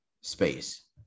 space